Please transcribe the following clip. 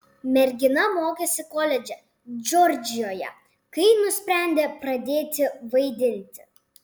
mergina mokėsi koledže džordžijoje kai nusprendė pradėti vaidinti